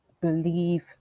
believe